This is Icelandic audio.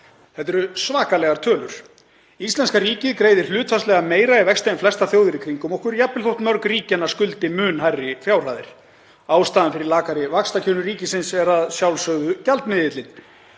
Þetta eru svakalegar tölur. Íslenska ríkið greiðir hlutfallslega meira í vexti en flestar þjóðir í kringum okkur, jafnvel þótt mörg ríkjanna skuldi mun hærri fjárhæðir. Ástæðan fyrir lakari vaxtakjörum ríkisins er að sjálfsögðu gjaldmiðillinn.